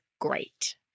great